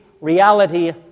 reality